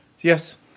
Yes